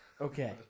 Okay